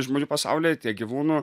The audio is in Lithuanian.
žmonių pasaulyje tiek gyvūnų